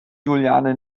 juliane